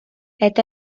est